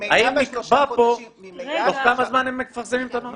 האם נקבע פה תוך כמה זמן הם מפרסמים את הנוהל?